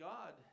God